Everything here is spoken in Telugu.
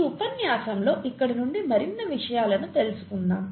ఈ ఉపన్యాసంలో ఇక్కడి నుండి మరిన్ని విషయాలను తీసుకుందాం